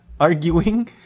arguing